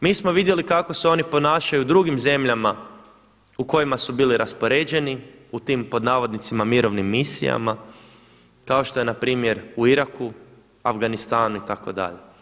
Mi smo vidjeli kako se oni ponašaju u drugim zemljama u kojima su bili raspoređeni, u tim pod navodnicima mirovnim misijama, kao što je npr. u Iraku, Afganistanu itd.